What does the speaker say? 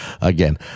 again